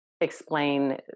explain